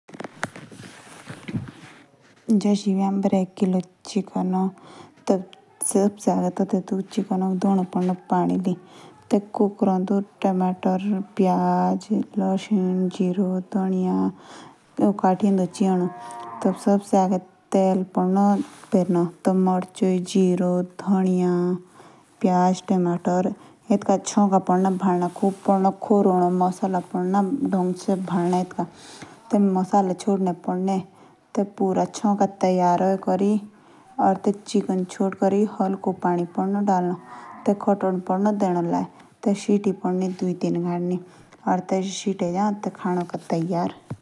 जश हमू बेर एक किलो चिकन ए। आगे टी टेटुके चिकन के धोनो पीडीनो। ते कुकर दो टमाटर प्याज़ लशीं। ये कटिये ची ओडो। ते माचोई धनिया ली चोका लांडे।